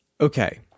Okay